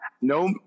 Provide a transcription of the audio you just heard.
No